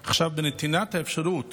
עכשיו, בנתינת האפשרות